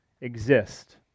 exist